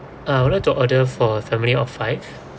uh I would like to order for a family of five